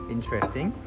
Interesting